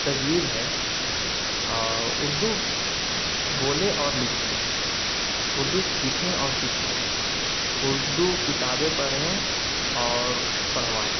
تصویر ہے اردو بولیں اور لکھیں اردو سیکھیں اور سکھائیں اردو کتابیں پڑھیں اور پڑھوائیں